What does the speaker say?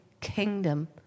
kingdom